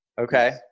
Okay